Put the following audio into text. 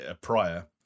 prior